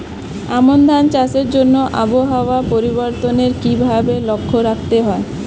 আমন ধান চাষের জন্য আবহাওয়া পরিবর্তনের কিভাবে লক্ষ্য রাখতে হয়?